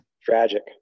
Tragic